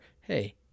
hey